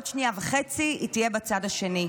עוד שנייה וחצי היא תהיה בצד השני.